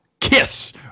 kiss